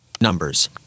numbers